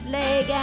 leg